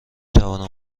توانم